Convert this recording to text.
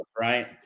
Right